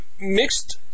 mixed